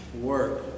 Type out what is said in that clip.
work